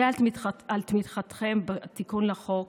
אודה על תמיכתכם בתיקון לחוק.